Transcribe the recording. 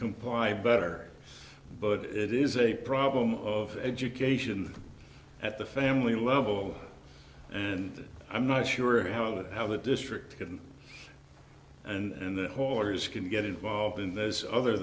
comply better but it is a problem of education at the family level and i'm not sure how that how the district can and the hoarders can get involved in those other